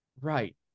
right